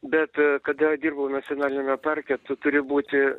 bet kada dirbau nacionaliniame parke tu turi būti